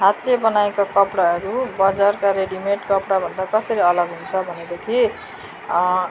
हातले बनाएको कपडाहरू बजारका रेडीमेड कपडाभन्दा कसरी अलग हुन्छ भनेदेखि